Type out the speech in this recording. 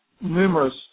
numerous